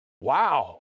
wow